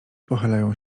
pochylają